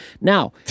Now